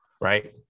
right